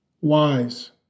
wise